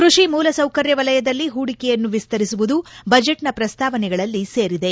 ಕ್ಕಷಿ ಮೂಲಸೌಕರ್ಯ ವಲಯದಲ್ಲಿ ಪೂಡಿಕೆಯನ್ನು ವಿಸ್ತರಿಸುವುದು ಬಜೆಟ್ನ ಪ್ರಸ್ತಾವನೆಗಳಲ್ಲಿ ಸೇರಿದೆ